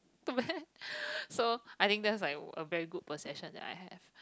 too bad so I think that's like a very good possession that I have